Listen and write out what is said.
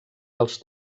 dels